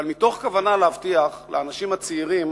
אבל מתוך כוונה להבטיח לאנשים הצעירים